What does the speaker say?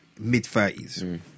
mid-30s